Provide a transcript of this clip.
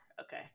Okay